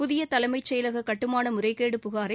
புதிய தலைமைச் செயலக கட்டுமான முறைகேடு புகாரை